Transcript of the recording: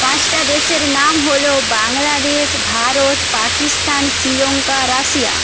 পাঁচটা দেশের নাম হল বাংলাদেশ ভারত পাকিস্তান শ্রীলঙ্কা রাশিয়া